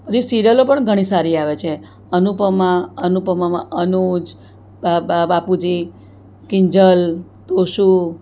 બધી સિરિયલો પણ ઘણી સારી આવે છે અનુપમા અનુપમામાં અનુજ બા બા બાપુજી કિંજલ તોશું